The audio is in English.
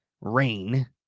rain